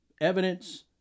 evidence